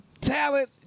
Talent